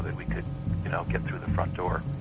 we could you know get through the front door.